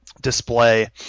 display